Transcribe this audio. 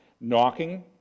knocking